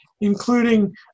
including